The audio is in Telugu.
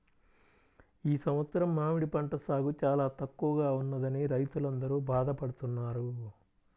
ఈ సంవత్సరం మామిడి పంట సాగు చాలా తక్కువగా ఉన్నదని రైతులందరూ బాధ పడుతున్నారు